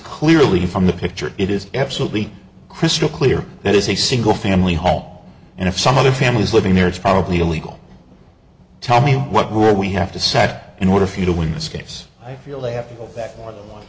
clearly from the picture it is absolutely crystal clear it is a single family home and if some of the families living there it's probably illegal tell me what do we have to set in order for you to win this case i feel they have to go back for th